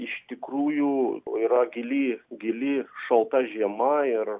iš tikrųjų yra gili gili šalta žiema ir